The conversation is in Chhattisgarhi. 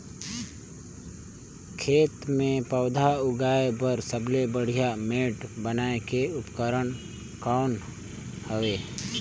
खेत मे पौधा उगाया बर सबले बढ़िया मेड़ बनाय के उपकरण कौन हवे?